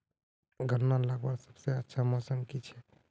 गन्ना लगवार सबसे अच्छा मौसम की छे?